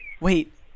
wait